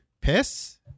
piss